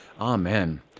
Amen